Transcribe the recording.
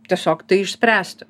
tiesiog tai išspręsti